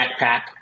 Backpack